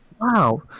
Wow